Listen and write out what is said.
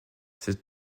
cette